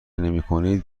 نمیکنید